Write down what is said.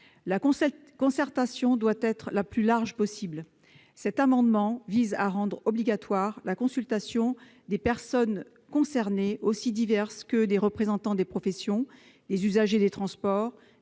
La concertation doit être la plus large possible. Cet amendement vise à rendre obligatoire la consultation des parties concernées : représentants des professions, usagers des transports,